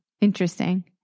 Interesting